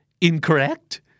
Incorrect